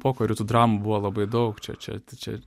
pokariu tų dramų buvo labai daug čia čia čia